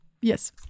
yes